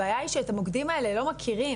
הבעיה היא שאת המוקדים האלה לא מכירים,